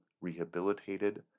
rehabilitated